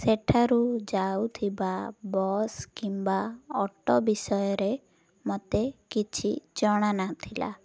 ସେଠାରୁ ଯାଉଥିବା ବସ୍ କିମ୍ବା ଅଟୋ ବିଷୟରେ ମୋତେ କିଛି ଜଣାନଥିଲା